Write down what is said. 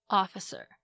officer 。